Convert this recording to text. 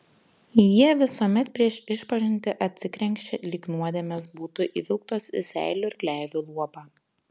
jie visuomet prieš išpažintį atsikrenkščia lyg nuodėmės būtų įvilktos į seilių ir gleivių luobą